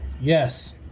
Yes